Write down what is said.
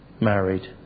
married